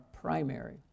primary